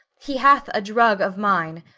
he hath a drug of mine.